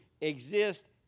exist